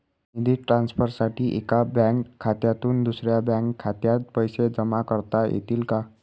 निधी ट्रान्सफरसाठी एका बँक खात्यातून दुसऱ्या बँक खात्यात पैसे जमा करता येतील का?